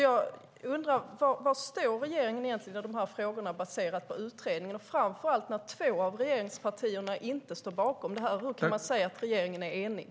Jag undrar var regeringen egentligen står i dessa frågor baserat på utredningen, framför allt när två av regeringspartierna inte står bakom detta. Hur kan man säga att regeringen är enig?